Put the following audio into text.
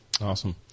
Awesome